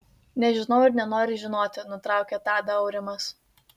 nežinau ir nenoriu žinoti nutraukė tadą aurimas